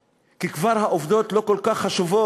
כי כבר העובדות לא כל כך חשובות.